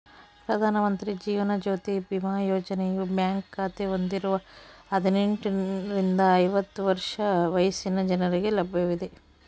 ಪ್ರಧಾನ ಮಂತ್ರಿ ಜೀವನ ಜ್ಯೋತಿ ಬಿಮಾ ಯೋಜನೆಯು ಬ್ಯಾಂಕ್ ಖಾತೆ ಹೊಂದಿರುವ ಹದಿನೆಂಟುರಿಂದ ಐವತ್ತು ವರ್ಷ ವಯಸ್ಸಿನ ಜನರಿಗೆ ಲಭ್ಯವಿದೆ